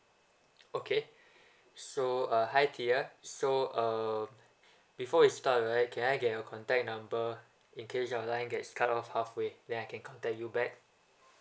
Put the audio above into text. okay so uh hi tia so um before we start right can I get your contact number in case your line gets cut off halfway then I can contact you back